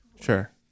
Sure